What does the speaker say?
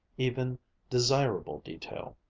even desirable detail.